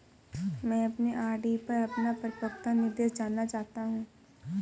मैं अपने आर.डी पर अपना परिपक्वता निर्देश जानना चाहता हूं